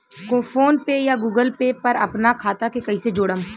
PhonePe या Google Pay पर अपना खाता के कईसे जोड़म?